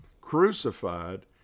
crucified